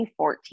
2014